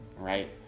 right